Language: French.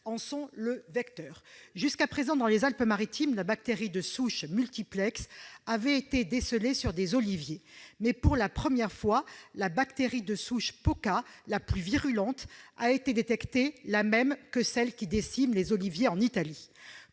de cette bactérie. Jusqu'à présent, dans les Alpes-Maritimes, seule la bactérie de souche multiplex avait été décelée sur des oliviers. Pour la première fois, la bactérie de souche pauca, la plus virulente, a été détectée, la même que celle qui décime les oliviers en Italie.